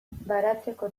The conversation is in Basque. baratzeko